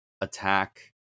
attack